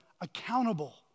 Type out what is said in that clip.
accountable